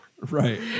right